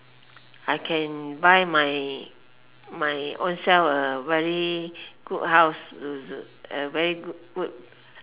I can buy my my ownself a very good house to a very good good